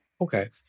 Okay